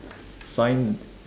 sign